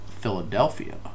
Philadelphia